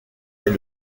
est